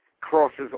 crosses